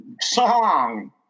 song